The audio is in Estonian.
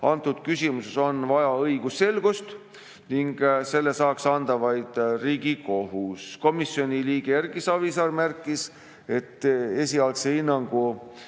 antud küsimuses on vaja õigusselgust ning selle saaks anda vaid Riigikohus. Komisjoni liige Erki Savisaar märkis, et esialgse hinnangu